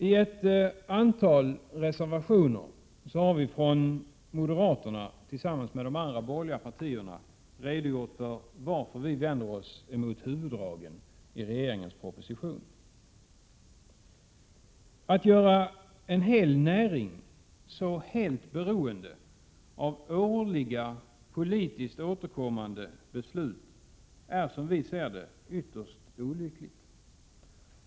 I ett antal reservationer har vi från moderaterna tillsammans med företrädare för de andra borgerliga partierna redogjort för varför vi vänder oss emot huvuddragen i regeringens proposition. Att göra en hel näring så helt beroende av årliga politiska beslut är, som vi ser det, ytterst olyckligt.